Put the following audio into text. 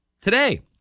today